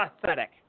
pathetic